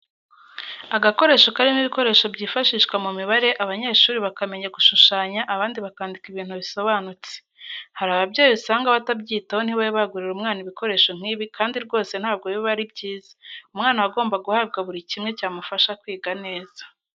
Agakoresho karimo ibikoresho by'ifashishwa mu mibare abanyeshuri bakamenya gushushanya, abandi bakandika ibintu bisobanutse. Hari ababyeyi usanga batabyitaho ntibabe bagurira umwana ibikoresho nk'ibi kandi rwose ntabwo biba ari byiza, umwana aba agomba guhabwa buri kimwe cyamufasha kwiga neza.